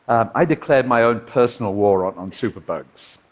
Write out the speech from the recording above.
i declared my own personal war on on superbugs.